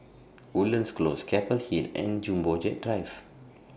Woodlands Close Keppel Hill and Jumbo Jet Drive